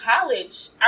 college